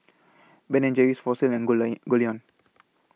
Ben and Jerry's Fossil and Goldlion Goldlion